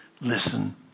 Listen